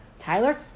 Tyler